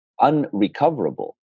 unrecoverable